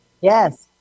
Yes